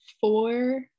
four